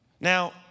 Now